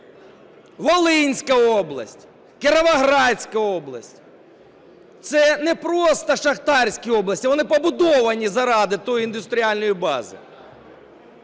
Волинська область, Кіровоградська область – це не просто шахтарські області, а вони побудовані заради тієї індустріальної бази.